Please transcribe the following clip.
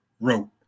wrote